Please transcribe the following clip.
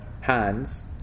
hands